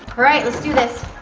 alright, let's do this.